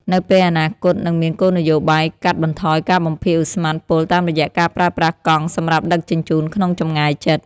នៅពេលអនាគតនឹងមានគោលនយោបាយកាត់បន្ថយការបំភាយឧស្ម័នពុលតាមរយៈការប្រើប្រាស់កង់សម្រាប់ដឹកជញ្ជូនក្នុងចម្ងាយជិត។